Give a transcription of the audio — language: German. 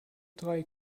drei